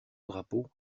drapeau